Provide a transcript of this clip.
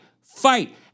fight